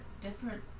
different